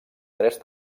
tres